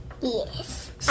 Yes